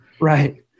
right